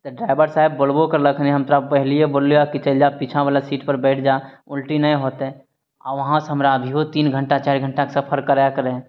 driver साहेब बोलबो करलखिन हम तोरा पहिलिये बोललियौ कि चलि जा पीछावला सीटपर बैठ जा उल्टी नहि होतौ आओर वहाँसँ हमरा अभियो तीन घण्टा चारि घण्टाके सफर करयके रहय